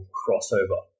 crossover